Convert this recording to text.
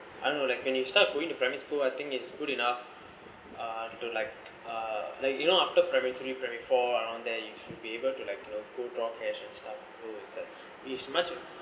I don't know like when you start going to primary school I think it's good enough uh to like uh like you know after primary three primary four around there you should be able to like you know go draw cash and stuff so is that it's much of